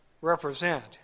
represent